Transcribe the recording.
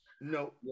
No